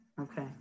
okay